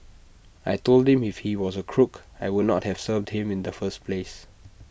I Told him if he was A crook I would not have served him in the first place